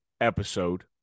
episode